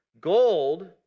Gold